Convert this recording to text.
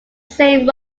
same